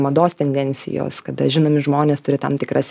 mados tendencijos kada žinomi žmonės turi tam tikras